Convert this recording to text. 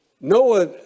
Noah